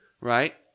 right